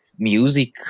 music